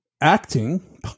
acting